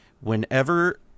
whenever